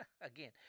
again